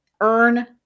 earn